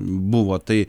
buvo tai